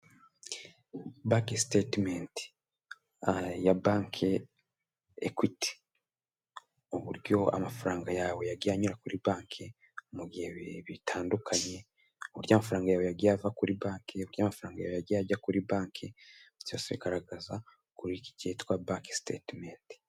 Banke sitetimenti ya banki ekwiti uburyo amafaranga yawe yagiye anyura kuri banki mubihe bitandukanye, uburyo amafaranga yawe yagiye ava kuri banki, uburyo amafaranga yawe yagiye ajya kuri banki, byose bigaragaza kuri iki cyitwa banki sitetimenti.